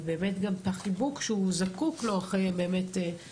ובאמת גם את החיבוק שהוא זקוק לו אחרי הרבה